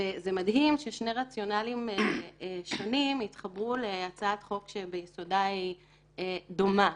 וזה מדהים ששני רציונלים שונים התחברו להצעת חוק שביסודה היא דומה.